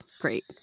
great